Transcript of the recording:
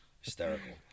hysterical